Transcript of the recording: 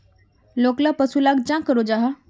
लोकला पशुपालन चाँ करो जाहा?